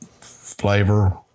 flavor